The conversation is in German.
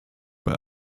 bei